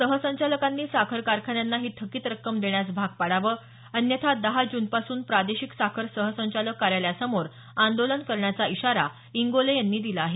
सहसंचालकांनी साखर कारखान्यांना ही थकित रक्कम देण्यास भाग पाडावं अन्यथा दहा जूनपासून प्रादेशिक साखर सहसंचालक कार्यालयासमोर आंदोलन करण्याचा इशारा इंगोले यांनी दिला आहे